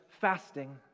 fasting